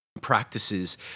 practices